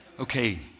Okay